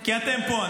כי אתם פה,